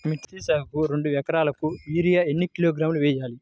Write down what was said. మిర్చి సాగుకు రెండు ఏకరాలకు యూరియా ఏన్ని కిలోగ్రాములు వేయాలి?